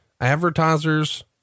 advertisers